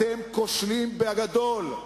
אתם כושלים בגדול.